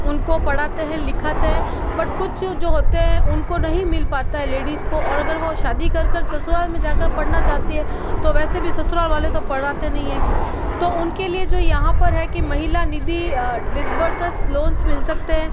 उनको पढ़ाते हैं लिखाते हैं बट कुछ जो होते हैं उनको नहीं मिल पाता है लेडिस को और अगर वो शादी कर कर ससुराल में जा कर पढ़ना चाहती हैं तो वैसे भी ससुराल वाले तो पढ़ाते नहीं है तो उनके लिए जो यहाँ पर है कि महिला निधि डिसबर्सस लोन मिल सकते हैं